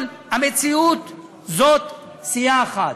אבל המציאות היא שזו סיעה אחת.